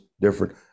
different